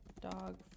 dog